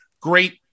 great